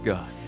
God